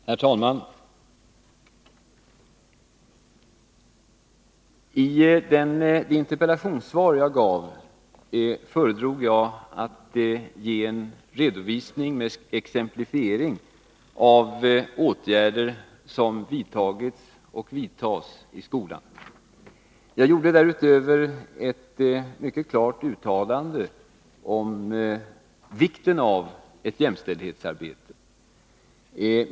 Herr talman! I det interpellationssvar som jag gav föredrog jag att ge en redovisning med exemplifiering av åtgärder som har vidtagits och som vidtas i skolan. Jag gjorde därutöver ett mycket klart uttalande om vikten av ett jämställdhetsarbete.